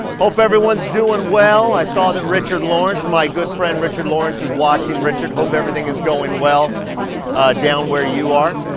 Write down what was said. hope everyone's doing well. i saw that richard lawrence, my good friend richard lawrence is watching. richard hope everything is going well down where you are.